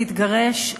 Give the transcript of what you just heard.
להתגרש,